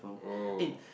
oh